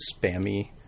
spammy